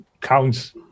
counts